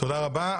תודה רבה.